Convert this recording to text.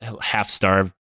half-starved